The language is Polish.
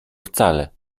wcale